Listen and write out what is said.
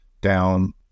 down